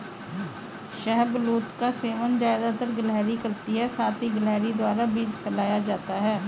शाहबलूत का सेवन ज़्यादातर गिलहरी करती है साथ ही गिलहरी द्वारा बीज फैलाया जाता है